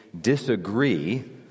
disagree